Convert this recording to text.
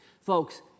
Folks